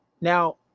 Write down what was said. Now